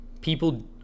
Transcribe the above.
People